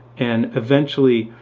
and eventually,